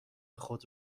خود